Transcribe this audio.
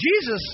Jesus